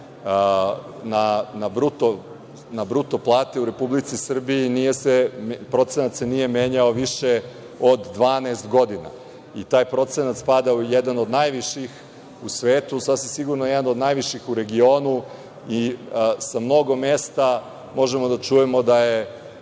na bruto plate u Republici Srbiji, procenat se nije menjao više od 12 godina i taj procenat spada u jedan od najviših u svetu, a sasvim sigurno jedan od najviših u regionu i sa mnogo mesta možemo da čujemo da je